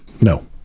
no